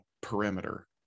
perimeter